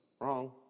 Wrong